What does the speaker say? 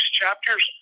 chapters